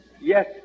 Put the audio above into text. Yes